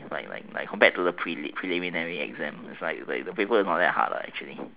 like like compared to the preliminary exams the paper is not that hard lah actually